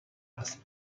است